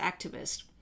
activist